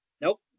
Nope